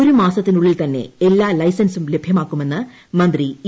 ഒരു മാസത്തിനുള്ളിൽ തന്നെ എല്ലാ ലൈസൻസും ലഭ്യമാക്കുമെന്നു് മന്ത്രി ഇ